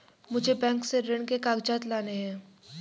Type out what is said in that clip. मुझे बैंक से ऋण के कागजात लाने हैं